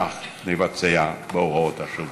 כך נבצע בהוראות השלטון.